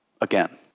again